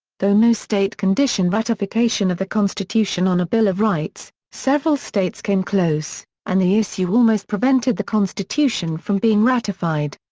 though no state conditioned ratification of the constitution on a bill of rights, several states came close, and the issue almost prevented the constitution from being ratified.